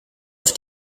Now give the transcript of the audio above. auf